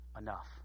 enough